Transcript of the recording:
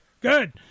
Good